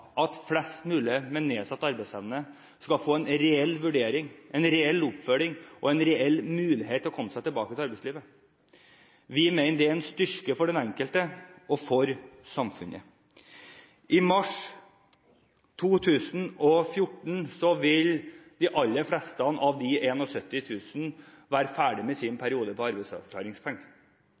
at flest mulig med nedsatt arbeidsevne skal få en reell vurdering, en reell oppfølging og en reell mulighet til å komme seg tilbake til arbeidslivet. Vi mener det er en styrke for den enkelte og for samfunnet. I mars 2014 vil de aller fleste av de 71 000 være ferdig med sin periode for arbeidsavklaringspenger.